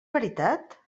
veritat